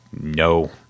no